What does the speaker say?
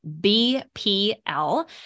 BPL